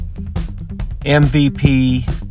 MVP